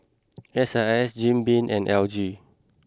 S I S Jim Beam and L G